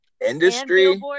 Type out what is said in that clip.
industry